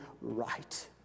right